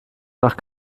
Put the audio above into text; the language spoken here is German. nach